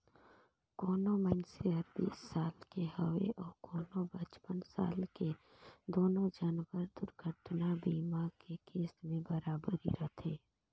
कोनो मइनसे हर बीस साल के हवे अऊ कोनो पचपन साल के दुनो झन बर दुरघटना बीमा के किस्त में बराबरी रथें